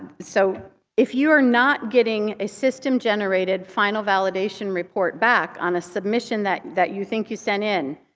so if you are not getting a system-generated final validation report back on a submission that that you think you sent in,